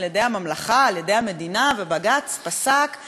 בג"ץ פסק שאי-אפשר לחסום